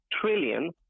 trillion